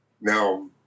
Now